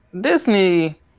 Disney